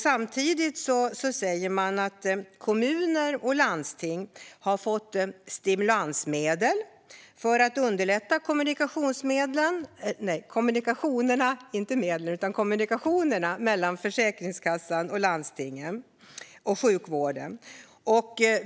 Samtidigt säger man att kommuner och landsting har fått stimulansmedel för att underlätta kommunikationen mellan Försäkringskassan, landstingen och sjukvården.